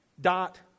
Dot